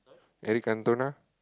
Eric-Cantona